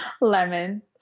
Lemon